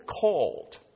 called